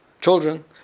children